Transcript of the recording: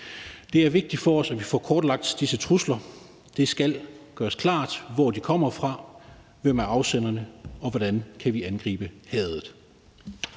Det er vigtigt for os, at vi får kortlagt disse trusler. Det skal gøres klart, hvor de kommer fra, hvem der er afsender, og hvordan vi kan angribe hadet.